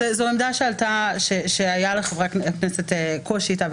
זו עמדה שהיה לחברי הכנסת קושי איתה,